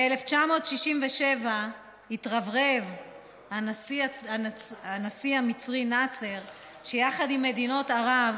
ב-1967 התרברב הנשיא המצרי נאצר שיחד עם מדינות ערב